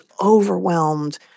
overwhelmed